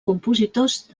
compositors